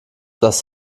das